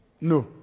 No